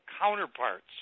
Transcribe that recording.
counterparts